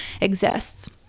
exists